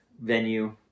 venue